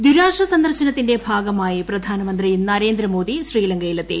ദ്വിരാഷ്ട്ര സന്ദർശനത്തിന്റെ ഭാഗമായി പ്രധാനമന്ത്രി നരേന്ദ്രമോദി ശ്രീലങ്കയിലെത്തി